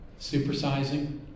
Supersizing